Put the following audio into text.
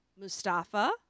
Mustafa